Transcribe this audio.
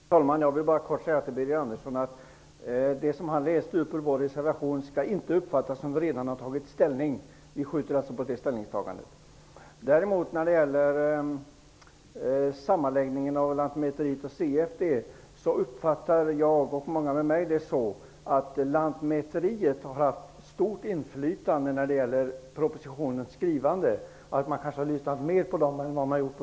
Herr talman! Jag vill bara kort till Birger Andersson säga att det han läste upp ur vår reservation inte skall uppfattas som att vi redan har tagit ställning. Vi skjuter på ställningstagandet. Däremot uppfattar jag och många med mig vad gäller sammanläggningen av Lantmäteriverket och CFD det så, att Lantmäteriverket haft stort inflytande när det gäller propositionens innehåll. Man kanske har lyssnat mer på det verket än på